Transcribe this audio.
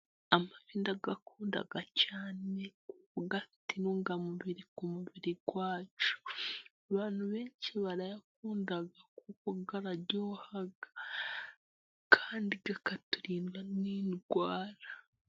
Amafi ndagukunda cyane kuko afite intungamubiri ku mubiri wacu. Abantu benshi barayakunda, kuko araryoha, kandi akaturinda n'indwara.